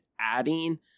adding